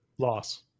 Loss